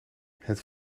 het